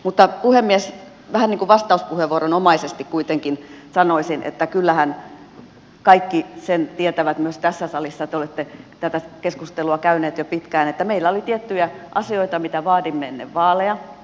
mutta puhemies vähän niin kuin vastauspuheenvuoronomaisesti kuitenkin sanoisin että kyllähän kaikki sen tietävät myös tässä salissa te olette tätä keskustelua käyneet jo pitkään että meillä oli tiettyjä asioita mitä vaadimme ennen vaaleja